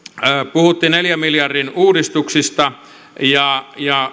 puhuttiin neljän miljardin uudistuksista ja ja